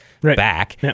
back